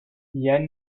yann